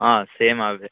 same అవే